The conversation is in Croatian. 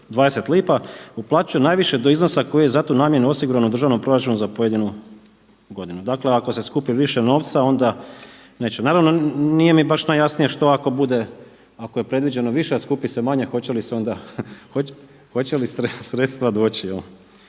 20 lipa, uplaćuje najviše do iznosa koji je za tu namjenu osiguran u državnom proračunu za pojedinu godinu. Dakle ako se skupi više novca onda neće, naravno nije mi baš najjasnije što ako bude, ako je predviđeno više a skupi se manje, hoće li se onda, hoće